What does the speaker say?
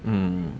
mm mm